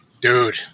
dude